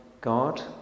God